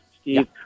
Steve